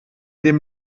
dem